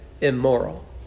immoral